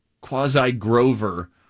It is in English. quasi-Grover